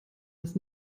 das